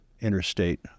interstate